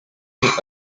eight